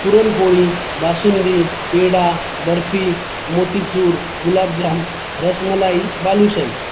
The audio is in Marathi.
पुरणपोळी बासुंदी पेढा बर्फी मोतीचूर गुलाबजाम रसमलाई बालुशाही